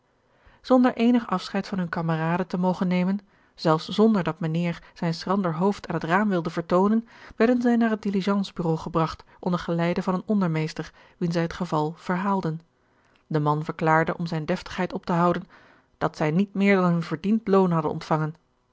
zonder eenig afscheid van hunne kameraden te mogen nemen zelfs zonder dat mijnheer zijn schrander hoofd aan het raam wilde vertoonen werden zij naar het diligence bureau gebragt onder geleide van een ondermeester wien zij het geval verhaalden de man verklaarde om zijne deftigheid op te houden dat zij niet meer dan hun verdiend loon hadden ontvangen